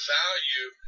value